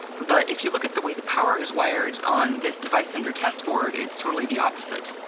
but, if you look at the way the power is wired on this device under test board it's totally the opposite.